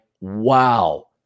wow